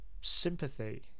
sympathy